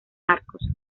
marcos